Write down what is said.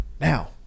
now